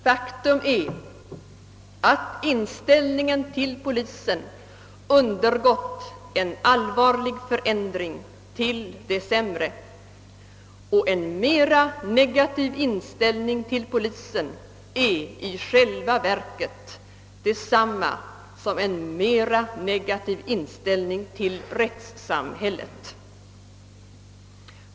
Faktum är att inställningen till polisen undergått en påtaglig förändring till det sämre, och en mer negativ inställning till polisen är i själva verket detsamma som en mer negativ inställning till rättssamhället.